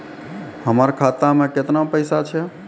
हमर खाता मैं केतना पैसा छह?